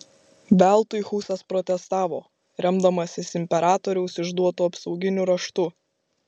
veltui husas protestavo remdamasis imperatoriaus išduotu apsauginiu raštu